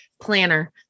planner